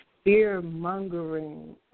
fear-mongering